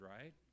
right